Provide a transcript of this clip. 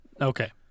Okay